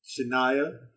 Shania